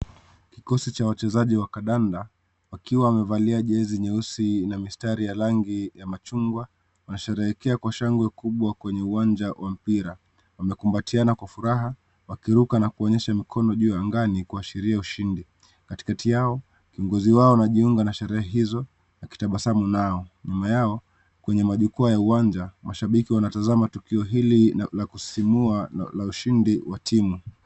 Kikosi cha wachezaji cha wakandanda wakiwa wamevalia jezi nyeusi na mistari ya rangi ya machungwa wanasheherekea kwa shangwe kubwa kwenye uwanja wa mpira wamekumbatiana kwa furaha wakiruka na kuonyesha mkono juu ya angani kuashiria ishindi, katikati yao kiongozi wao wanajiunga na sherehe hizo akitabasamu nao nyuma yao kwenye majukwaa ya uwanja mashabiki wanatazama tukio hili la kusisimua la ushindi wa timu.